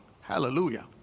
hallelujah